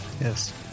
Yes